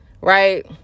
right